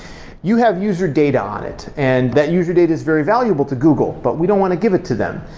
you have user data on it and that user data is very valuable to google, but we don't want to give it to them,